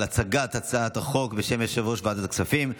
הצגת הצעת החוק בשם יושב-ראש ועדת הכספים.